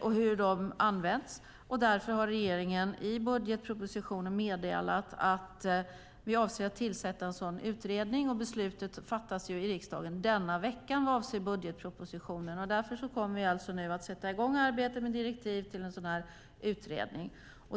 och hur de används. Därför har regeringen i budgetpropositionen meddelat att vi avser att tillsätta en sådan utredning, och beslutet fattas i riksdagen denna vecka vad avser budgetpropositionen. Därför kommer vi nu att sätta i gång arbetet med direktiv till en sådan utredning.